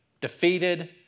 defeated